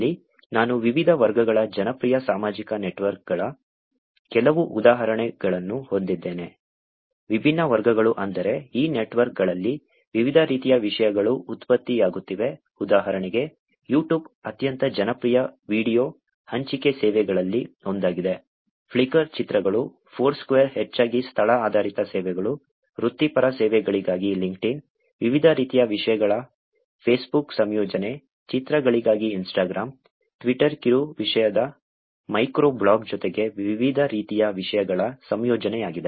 ಇಲ್ಲಿ ನಾನು ವಿವಿಧ ವರ್ಗಗಳ ಜನಪ್ರಿಯ ಸಾಮಾಜಿಕ ನೆಟ್ವರ್ಕ್ಗಳ ಕೆಲವು ಉದಾಹರಣೆಗಳನ್ನು ಹೊಂದಿದ್ದೇನೆ ವಿಭಿನ್ನ ವರ್ಗಗಳು ಅಂದರೆ ಈ ನೆಟ್ವರ್ಕ್ಗಳಲ್ಲಿ ವಿವಿಧ ರೀತಿಯ ವಿಷಯಗಳು ಉತ್ಪತ್ತಿಯಾಗುತ್ತಿವೆ ಉದಾಹರಣೆಗೆ YouTube ಅತ್ಯಂತ ಜನಪ್ರಿಯ ವೀಡಿಯೊ ಹಂಚಿಕೆ ಸೇವೆಗಳಲ್ಲಿ ಒಂದಾಗಿದೆ Flickr ಚಿತ್ರಗಳು Foursquare ಹೆಚ್ಚಾಗಿ ಸ್ಥಳ ಆಧಾರಿತ ಸೇವೆಗಳು ವೃತ್ತಿಪರ ಸೇವೆಗಳಿಗಾಗಿ ಲಿಂಕ್ಡ್ಇನ್ ವಿವಿಧ ರೀತಿಯ ವಿಷಯಗಳ ಫೇಸ್ಬುಕ್ ಸಂಯೋಜನೆ ಚಿತ್ರಗಳಿಗಾಗಿ Instagram ಟ್ವಿಟರ್ ಕಿರು ವಿಷಯದ ಮೈಕ್ರೋ ಬ್ಲಾಗ್ ಜೊತೆಗೆ ವಿವಿಧ ರೀತಿಯ ವಿಷಯಗಳ ಸಂಯೋಜನೆಯಾಗಿದೆ